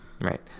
Right